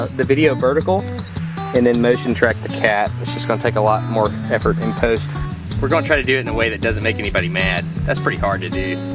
ah the video vertical and then motion track the cat it's just going to take a lot more effort in post we're going to try to do it in a way that doesn't make anybody mad that's pretty hard to do.